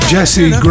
Jesse